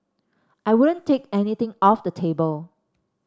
I wouldn't take anything off the table